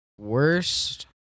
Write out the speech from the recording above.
worst